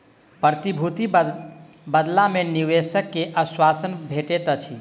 प्रतिभूतिक बदला मे निवेशक के आश्वासन भेटैत अछि